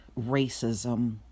racism